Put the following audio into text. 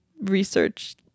research